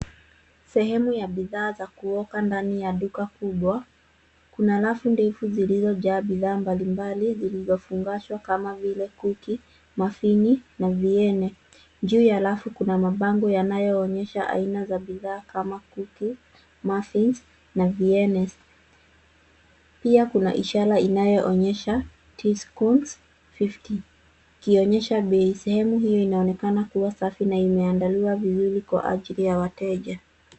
Sehemu ya bidhaa za kuoka ndani ya duka kubwa. Kuna rafu ndefu zilizojaa bidhaa mbalimbali zilizofungashwa kama vile cookie , muffins na viennese .Juu ya rafu kuna mabango yanayoonyesha aina za bidhaa kama cookies , muffins na viennese .Pia kuna ishara inayooneyesha tea scones=fifty ikionyesha bei. Sehemu hiyo inaonekana kuwa safi na imeandaliwa vizuri kwa ajli ya wateja.